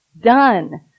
Done